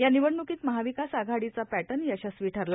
या निवडण्कीत महाविकास आघाडीचा प्रप्तर्न यशस्वी ठरला